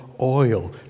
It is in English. oil